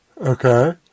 Okay